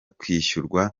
kwishyurwa